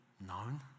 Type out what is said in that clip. known